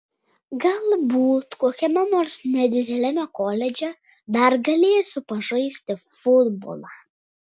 galbūt kokiame nors nedideliame koledže dar galėsiu pažaisti futbolą